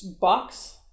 box